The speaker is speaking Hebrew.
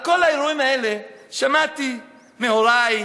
על כל האירועים האלה שמעתי מהורי,